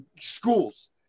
schools